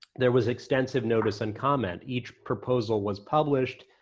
there was extensive notice and comment. each proposal was published,